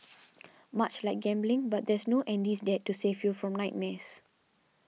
much like gambling but there's no Andy's Dad to save you from nightmares